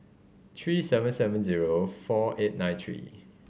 three seven seven zero four eight nine three